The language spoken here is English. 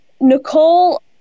Nicole